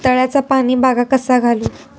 तळ्याचा पाणी बागाक कसा घालू?